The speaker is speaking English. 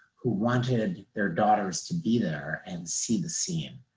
who wanted their daughters to be there and see the scene.